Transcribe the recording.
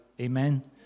Amen